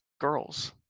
girls